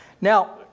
Now